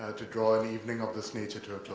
ah to draw an evening of this nature to a close.